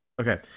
Okay